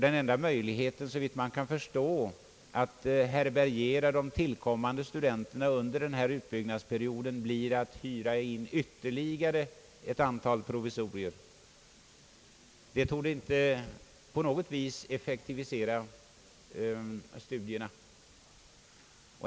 Den enda möjligheten att härbärgera de nytillkommande studenterna under utbyggnadsperioden är, såvitt man kan förstå, att hyra in sig i ytterligare ett antal provisorier, vilket inte på något vis torde effektivisera studierna.